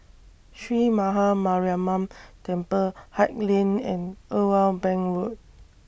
Sree Maha Mariamman Temple Haig Lane and Irwell Bank Road